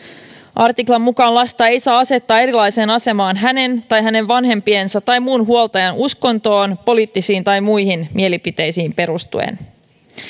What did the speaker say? artiklan mukaan lasta ei saa asettaa erilaiseen asemaan hänen tai hänen vanhempiensa tai muun huoltajan uskontoon poliittisiin tai muihin mielipiteisiin perustuen